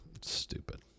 stupid